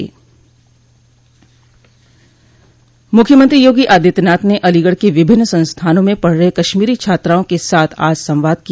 मुख्यमंत्री योगी आदित्यनाथ ने अलीगढ़ के विभिन्न संस्थानों में पढ़ रहे कश्मीरी छात्रो के साथ आज संवाद किया